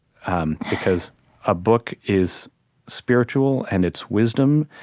um because a book is spiritual, and it's wisdom,